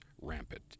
rampant